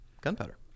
Gunpowder